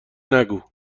نگو